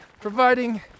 providing